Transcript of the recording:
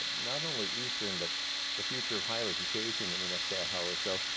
ah not only eastern, but the future of higher education in the next half hour or so.